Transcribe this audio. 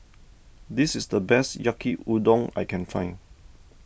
this is the best Yaki Udon that I can find